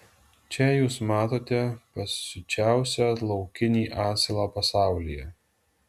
čia jūs matote pasiučiausią laukinį asilą pasaulyje